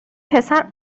پسر